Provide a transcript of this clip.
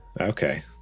Okay